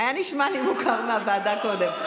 הוא היה נשמע לי מוכר מהוועדה קודם.